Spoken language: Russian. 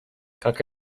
как